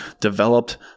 developed